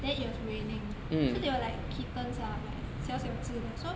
then it was raining so they were like kittens ah like 小小只的 so